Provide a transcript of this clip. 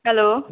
hello